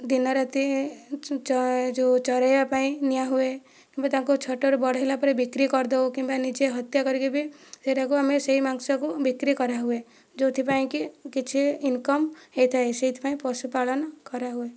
ଦିନରାତି ଯେଉଁ ଚରାଇବା ପାଇଁ ନିଆହୁଏ କିମ୍ବା ତାଙ୍କୁ ଛୋଟ ରୁ ବଡ଼ ହେଲା ପରେ ବିକ୍ରି କରିଦେଉ କିମ୍ବା ନିଜେ ହତ୍ୟା କରିକି ବି ସେହିଟାକୁ ଆମେ ସେହି ମାଂସକୁ ବିକ୍ରି କରାହୁଏ ଯେଉଁଥିପାଇଁ କି କିଛି ଇନକମ୍ ହୋଇଥାଏ ସେଥିପାଇଁ ପଶୁ ପାଳନ କରାହୁଏ